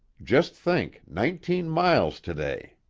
just think, nineteen miles to-day!